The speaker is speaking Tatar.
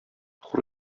хур